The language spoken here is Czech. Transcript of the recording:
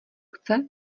chce